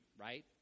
right